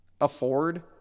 afford